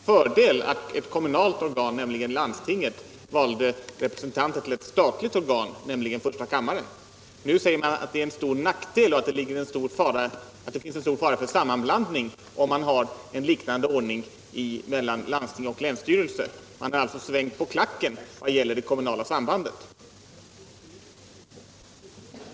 Herr talman! Vad jag sade om första kammaren, herr Gustafsson i Ronneby var att socialdemokraterna länge försvarade tvåkammarsystemet med att det var en fördel att ett kommunalt organ, nämligen landstinget, valde representanter till ett statligt organ, nämligen första kammaren. Nu säger man att det finns en stor fara för sammanblandning om man inför en liknande ordning för landsting och länsstyrelse. Man har alltså svängt på klacken när det gäller det kommunala sambandet.